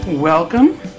Welcome